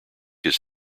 his